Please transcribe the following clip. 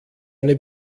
eine